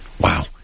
Wow